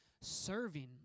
serving